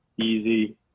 easy